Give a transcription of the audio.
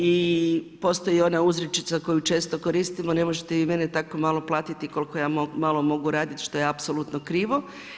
I postoji i ona uzrečica koju često koristimo, ne možete vi mete tako malo platiti koliko ja malo mogu raditi, što je apsolutno krivo.